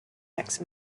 next